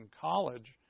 college